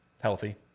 Healthy